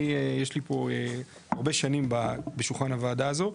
אני יש לי פה הרבה שנים בשולחן הוועדה הזו,